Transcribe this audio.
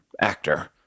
actor